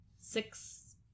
six